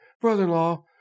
brother-in-law